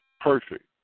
perfect